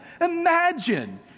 Imagine